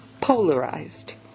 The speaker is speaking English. polarized